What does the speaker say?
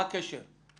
מה הקשר?